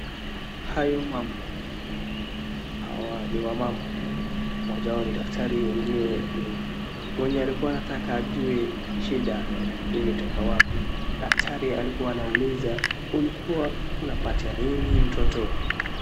Hayo mambo, hawa ni wamama. Moja wao ni daktari ingine ni mwenye alikuwa anataka ajue shida imetoka wapi. Daktari alikuwa anauliza ulikuwa unapatia nini mtoto.